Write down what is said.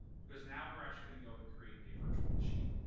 because now we're actually going to go and create a virtual machine.